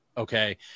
Okay